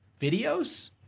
videos